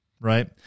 Right